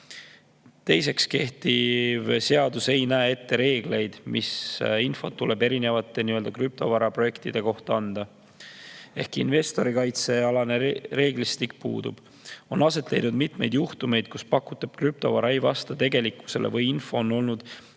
Teiseks, kehtiv seadus ei näe ette reegleid, mis infot tuleb erinevate krüptovara projektide kohta anda, ehk investori kaitse alane reeglistik puudub. On aset leidnud mitmeid juhtumeid, kus pakutav krüptovara ei vasta tegelikkusele või info on olnud